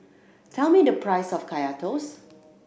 tell me the price of Kaya Toast